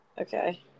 Okay